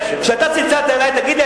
תגיד לי,